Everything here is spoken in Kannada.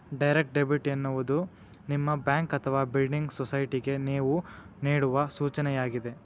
ಡೈರೆಕ್ಟ್ ಡೆಬಿಟ್ ಎನ್ನುವುದು ನಿಮ್ಮ ಬ್ಯಾಂಕ್ ಅಥವಾ ಬಿಲ್ಡಿಂಗ್ ಸೊಸೈಟಿಗೆ ನೇವು ನೇಡುವ ಸೂಚನೆಯಾಗಿದೆ